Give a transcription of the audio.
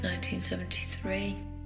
1973